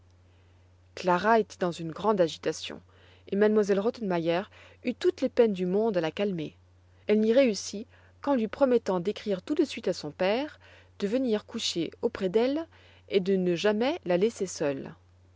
clara était dans une grande agitation et m elle rottenmeier eut toutes les peines du monde à la calmer elle n'y réussit qu'en lui promettant d'écrire tout de suite à son père de venir coucher auprès d'elle et de ne jamais la laisser seule